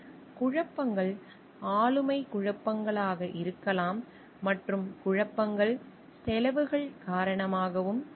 குழப்பங்கள் ஆளுமை குழப்பங்களாக இருக்கலாம் மற்றும் குழப்பங்கள் செலவுகள் காரணமாகவும் இருக்கும்